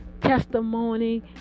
testimony